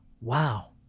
wow